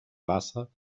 wasser